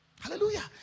Hallelujah